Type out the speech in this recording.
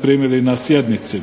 primili na sjednici.